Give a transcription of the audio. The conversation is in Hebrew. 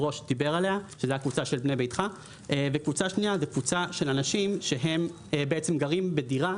הקבוצה של בנה ביתך וקבוצה של אנשים שגרים בדירה